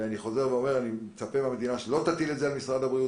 אני חוזר ואומר שאני מצפה מהמדינה שלא תטיל את זה על משרד הבריאות,